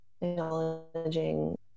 acknowledging